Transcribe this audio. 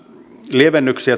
lievennysten